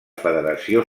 federació